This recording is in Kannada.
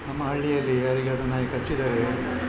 ನಮ್ಮ ಹಳ್ಳಿಯಲ್ಲಿ ಯಾರಿಗಾದರು ನಾಯಿ ಕಚ್ಚಿದರೆ